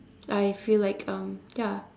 I feel like um ya